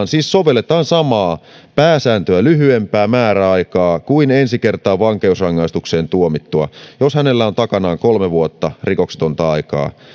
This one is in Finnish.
siis sovelletaan samaa pääsääntöä lyhyempää määräaikaa kuin ensi kertaa vankeusrangaistukseen tuomittuun jos hänellä on takanaan kolme vuotta rikoksetonta aikaa